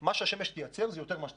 מה שהשמש תייצר זה יותר ממה שצורכים,